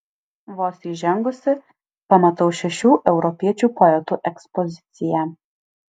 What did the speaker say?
vos įžengusi pamatau šešių europiečių poetų ekspoziciją